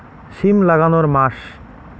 সিম লাগানোর মাস?